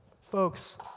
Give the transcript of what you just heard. folks